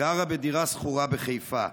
גרה בדירה שכורה בחיפה.